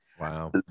Wow